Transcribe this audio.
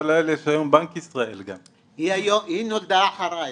היא נולדה אחריי.